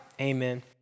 amen